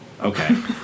okay